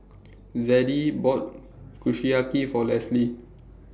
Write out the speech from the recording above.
Zadie bought Kushiyaki For Lesley